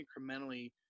incrementally